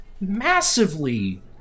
Massively